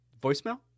voicemail